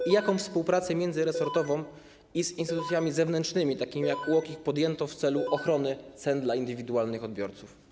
I jaką współpracę międzyresortową i z instytucjami zewnętrznymi, takimi jak UOKiK, podjęto w celu ochrony cen dla indywidualnych odbiorców?